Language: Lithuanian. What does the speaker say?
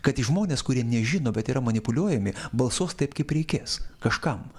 kad į žmonės kurie nežino bet yra manipuliuojami balsuos taip kaip reikės kažkam